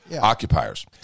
Occupiers